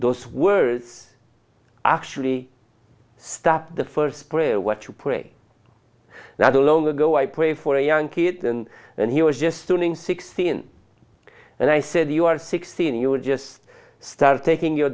those words actually stop the first prayer what you pray now long ago i pray for a young kid and and he was just turning sixteen and i said you are sixteen you just start taking your